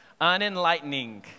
Unenlightening